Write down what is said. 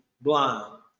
blind